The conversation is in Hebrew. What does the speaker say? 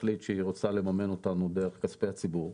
ותחליט שהיא רוצה לממן אותנו דרך כספי הציבור,